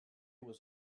was